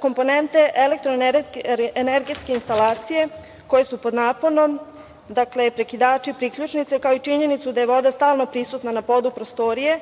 komponente elektroenergetske instalacije koje su pod naponom, dakle, prekidači i priključnice, kao i činjenicu da je voda stalno prisutna na podu prostorije,